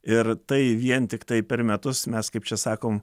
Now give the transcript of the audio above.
ir tai vien tiktai per metus mes kaip čia sakom